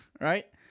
Right